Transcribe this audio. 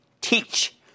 Teach